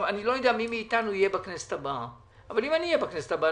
אני לא יודע מי מאתנו יהיה בכנסת הבאה אבל אם אני אהיה בכנסת הבאה,